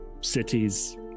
cities